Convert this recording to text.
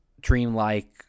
dreamlike